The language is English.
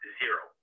zero